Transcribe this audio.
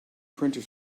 printer